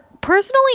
personally